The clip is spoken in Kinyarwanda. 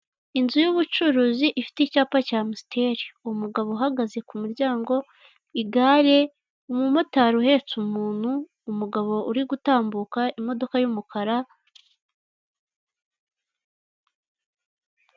Inzu y'ubucuruzi ifite icyapa cya amusiteli, umugabo uhagaze ku muryango, igare, umumotari uhetse umuntu, umugabo uri gutambuka, imodoka y'umukara.